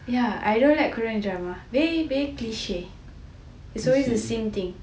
ya I don't like korean drama very very cliche it's always the same thing